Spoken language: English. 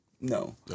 No